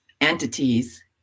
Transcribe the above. entities